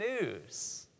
news